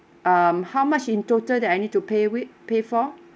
um how much in total that I need to pay with pay for